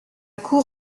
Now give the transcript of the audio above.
cour